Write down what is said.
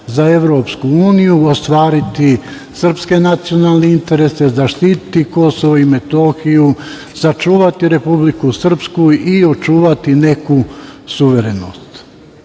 za Evropsku uniju ostvariti srpske nacionalne interese, zaštititi Kosovo i Metohiju, sačuvati Republiku Srpsku i očuvati neku suverenost.